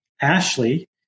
Ashley